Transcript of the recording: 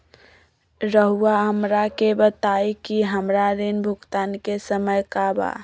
रहुआ हमरा के बताइं कि हमरा ऋण भुगतान के समय का बा?